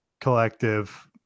collective